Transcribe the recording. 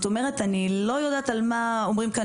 אני לא יודעת על מה אומרים כאן